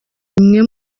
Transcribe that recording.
bimwe